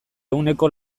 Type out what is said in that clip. ehuneko